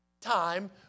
time